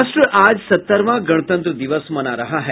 राष्ट्र आज सत्तरवां गणतंत्र दिवस मना रहा है